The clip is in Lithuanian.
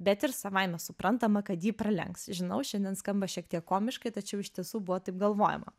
bet ir savaime suprantama kad jį pralenks žinau šiandien skamba šiek tiek komiškai tačiau iš tiesų buvo taip galvojama